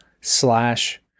slash